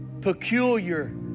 Peculiar